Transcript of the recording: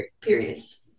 periods